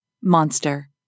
Monster